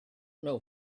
know